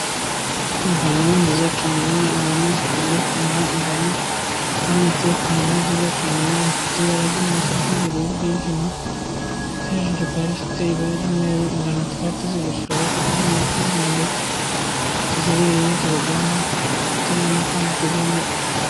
Ingano nziza cyane, ingano zitangiye kumera, ingano zanitse kwihema ryiza cyane rifite ibara ry'ubururu bwijimye ndetse hejuru kandi rifite ibara ry'umweru ingano tukaba tuzigurisha tukabonamo n'amafaranga ndetse iyo tuziriye zibamo poroteyine kandi zivamo ifu.